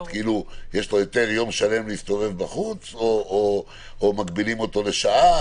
יש לו היתר יום שלם להסתובב בחוץ או מגבילים אותו לשעה,